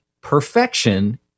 perfection